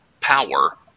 power